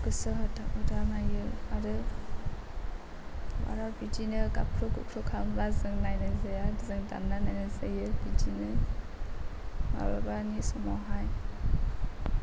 गोसो होथाब होथाब नायो आरो बारा बिदिनो गाबख्रु गुबख्रु खालामब्ला जों नायनाय जाया जों दाननानै नायनाय जायो बिदिनो माब्लाबानि समावहाय